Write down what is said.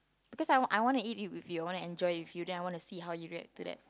because I want I want to eat it with you I want to enjoy with you then I want to see how you react to that